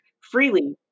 freely